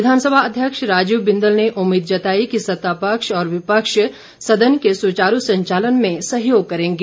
विधानसभा अध्यक्ष राजीव बिंदल ने उम्मीद जताई कि सत्ता पक्ष और विपक्ष सदन के सुचारू संचालन में सहयोग करेंगे